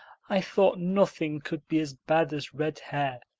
i thought nothing could be as bad as red hair.